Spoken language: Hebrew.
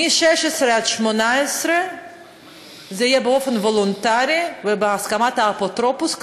מגיל 16 עד 18 זה יהיה באופן וולונטרי ובהסכמת האפוטרופוס,